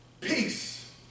peace